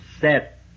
set